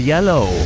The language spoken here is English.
Yellow